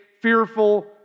fearful